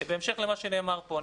בהמשך למה שנאמר פה,